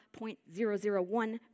0.001%